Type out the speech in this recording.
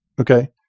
okay